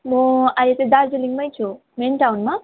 म अहिले त दार्जिलिङमा छु मेन टाउनमा